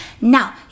Now